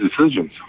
decisions